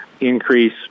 increase